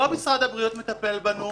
לא משרד הבריאות מטפל בנו,